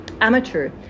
amateur